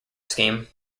scheme